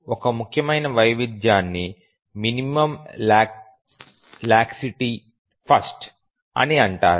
ఒక ముఖ్యమైన వైవిధ్యాన్ని మినిమం లాక్సిటీ ఫస్ట్ అని అంటారు